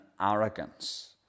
arrogance